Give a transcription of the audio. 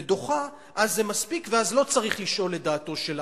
ודוחה, זה מספיק, ולא צריך לשאול את דעתו של העם.